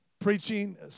preaching